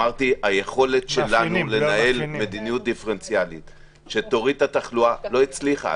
אמרתי שהיכולת שלנו לנהל מדיניות דיפרנציאלית להורדת התחלואה לא צלחה.